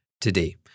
today